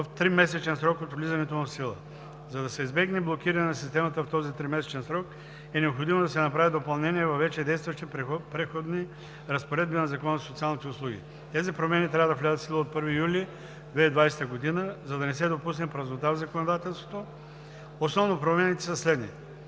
в тримесечен срок от влизането му в сила. За да се избегне блокиране на системата в този тримесечен срок, е необходимо да се направят допълнения във вече действащи преходни разпоредби на Закона за социалните услуги. Тези промени трябва да влязат в сила от 1 юли 2020 г., за да не се допусне празнота в законодателството. Основно промените са следните: